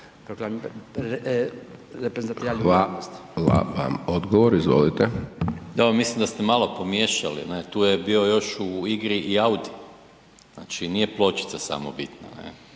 Gordan (SDP)** Da, al mislim da ste malo pomiješali ne, tu je bio još u igri i Audi, znači nije pločica samo bitna